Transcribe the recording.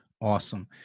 Awesome